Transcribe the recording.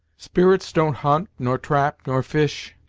spirits don't hunt, nor trap, nor fish,